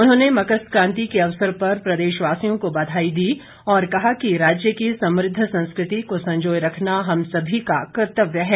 उन्होंने मकर सकांति के अवसर पर प्रदेशवासियों को बधाई दी और कहा कि राज्य की समृद्ध संस्कृति को संजोए रखना हम सभी का कर्तव्य है